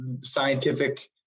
scientific